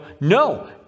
no